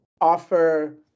offer